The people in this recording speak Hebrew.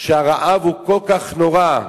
שהרעב הוא כל כך נורא,